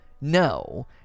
no